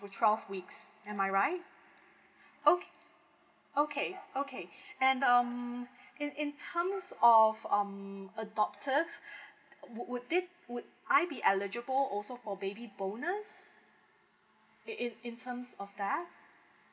for twelve weeks am I right o~ okay okay and um in in terms of um adoptive would it would I be eligible also for baby bonus in in in terms of that